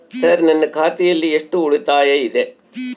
Sir ನನ್ನ ಖಾತೆಯಲ್ಲಿ ಎಷ್ಟು ಉಳಿತಾಯ ಇದೆ?